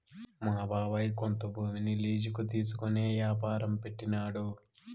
మా బాబాయ్ కొంత భూమిని లీజుకి తీసుకునే యాపారం పెట్టినాడు